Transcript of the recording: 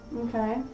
Okay